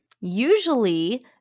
usually